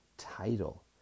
title